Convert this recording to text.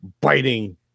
biting